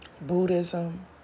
Buddhism